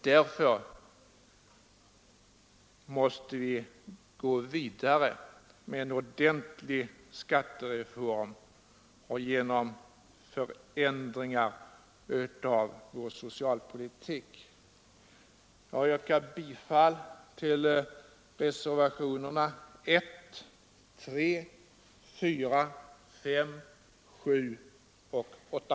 Därför måste vi gå vidare med en ordentlig skattereform och förändringar av vår socialpolitik. Jag yrkar bifall till reservationerna 1, 3, 4, 5, 7 och 8.